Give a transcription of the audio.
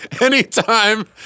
Anytime